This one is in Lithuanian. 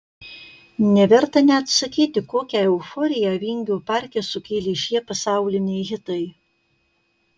neverta net sakyti kokią euforiją vingio parke sukėlė šie pasauliniai hitai